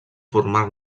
formar